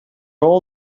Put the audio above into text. all